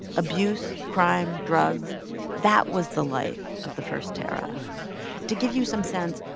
abuse, crime, drugs that was the life of the first tarra to give you some sense,